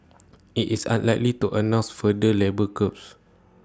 IT is unlikely to announce further labour curbs